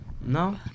no